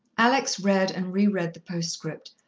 alex read and re-read the postscript,